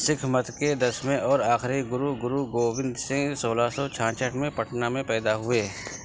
سکھ مت کے دسویں اور آخری گرو گرو گوبند سنگھ سولہ سو چھاچھٹ میں پٹنہ میں پیدا ہوئے